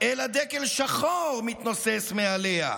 אלא דגל שחור מתנוסס מעליה.